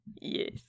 Yes